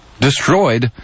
destroyed